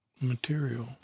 material